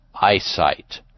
eyesight